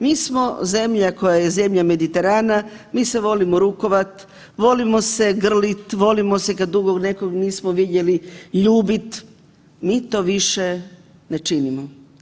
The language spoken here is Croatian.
Mi smo zemlja koja je zemlja Mediterana, mi se volimo rukovat, volimo se grlit, volimo se kad dugo nekog nismo vidjeli, ljubit, mi to više ne činimo.